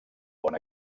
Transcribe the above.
bon